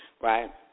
right